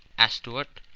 asked stuart.